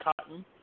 cotton